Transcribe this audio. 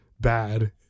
bad